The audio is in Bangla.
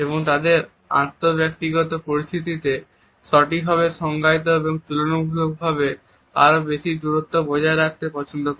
এবং তাদের আন্তঃব্যক্তিগত পরিস্থিতিতে সঠিকভাবে সংজ্ঞায়িত এবং তুলনামূলকভাবে আরও বেশি দূরত্ব বজায় রাখতে পছন্দ করে